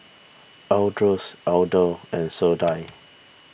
Ardyce Elder and Sadie